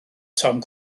tom